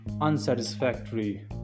unsatisfactory